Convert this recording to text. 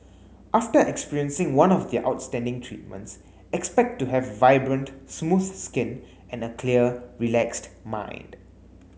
after experiencing one of their outstanding treatments expect to have vibrant smooth skin and a clear relaxed mind